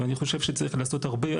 ואני חושב שצריך לעשות הרבה.